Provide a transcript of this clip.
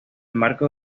marco